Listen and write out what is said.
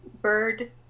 bird